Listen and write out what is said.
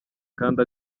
kandi